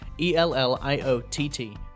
E-L-L-I-O-T-T